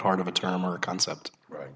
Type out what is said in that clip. hard of a time or concept right